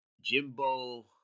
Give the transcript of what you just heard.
Jimbo